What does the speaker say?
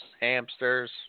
hamsters